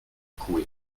coué